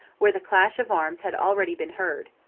where the clash of arms had already been heard.